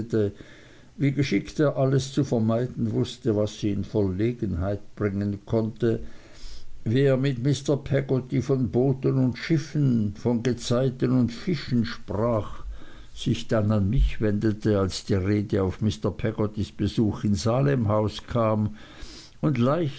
wie geschickt er alles zu vermeiden wußte was sie in verlegenheit bringen konnte wie er mit mr peggotty von booten und schiffen von gezeiten und fischen sprach sich dann an mich wendete als die rede auf mr peggottys besuch in salemhaus kam und leicht